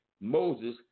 Moses